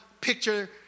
picture